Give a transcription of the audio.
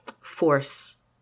force